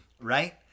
right